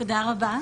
תודה רבה.